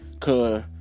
cause